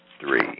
three